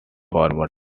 former